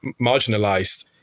marginalized